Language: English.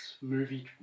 movie